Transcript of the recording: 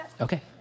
Okay